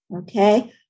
Okay